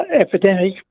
epidemic